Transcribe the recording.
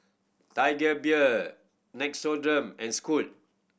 Tiger Beer Nixoderm and Scoot